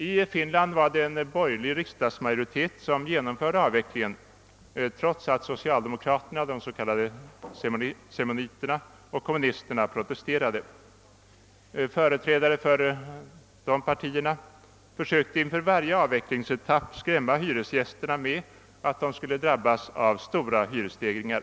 I Finland var det en borgerlig riksdagsmajoritet som genomförde avvecklingen trots att socialdemokraterna, de s.k. semoniterna, och kommunisterna protesterade. Företrädare för dessa partier försökte inför varje avvecklingsetapp skrämma hyresgästerna med att dessa skulle drabbas av stora hyreshöjningar.